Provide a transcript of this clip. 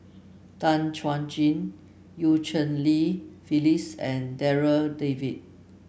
Tan Chuan Jin Eu Cheng Li Phyllis and Darryl David